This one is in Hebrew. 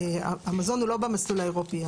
המזון הוא לא במסלול האירופי,